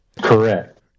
Correct